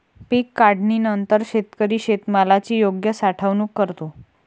पीक काढणीनंतर शेतकरी शेतमालाची योग्य साठवणूक करतो